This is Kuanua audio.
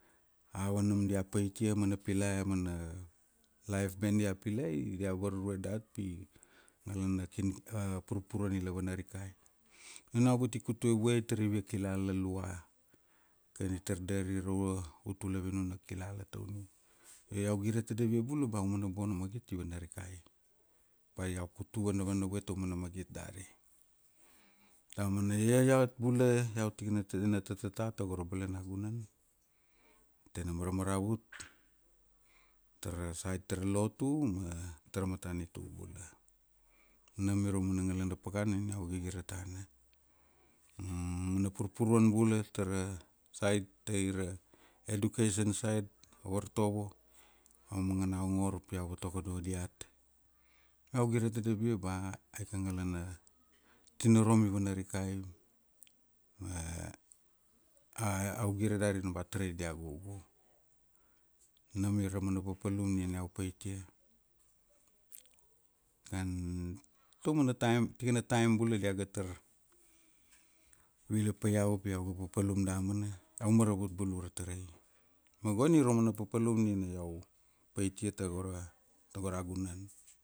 Ava nam dia paitia, mana pilai, a mana, life ben dia pilai, dia varurue dat pi, ngalana kin purpuruan ila vana rikai. Na iau gati kutuvue itar ivia kilala lua. Kan itar dari raura, utula vinun na kilala taunia. Io iau gire tadavia bula ba aumana bona magiit i vana rikai. Ba iau kutu vanavana vue taraumana magit dari. Daman, ia iat bula iau tikana tena tatata tago ra balanagunan. Tena maramaravut, tara side tara lotu ma tara matanitu bula. Nam ia ra mana ngalana pakana nina iau gigira tana. Mana purpuruan bula tara, side tai ra education side, a vartovo, iau mangana ongor pi iau vatokodo diat. Iau gire tadavia ba, aika ngalana tinorom i vana rikai. Ma, iau gire dari ni ba tarai dia gugu. Nam ia ra mana papalum nina iau paitia. Kan, taumana time, tikana time bula dia ga tar, viva pa pi iau pi iauga papalum damana. Iua maravut bulu ra tarai. Ma go ni ramana papalum nina iau, paitia tago ra, tago ra gunan.